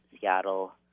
Seattle